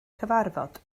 cyfarfod